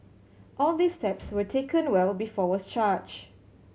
all of these steps were taken well before was charged